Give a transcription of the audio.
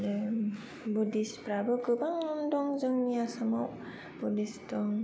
आरो बुध्दिसफ्राबो गोबां दं जोंनि आसामाव बुध्दस दं